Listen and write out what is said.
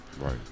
Right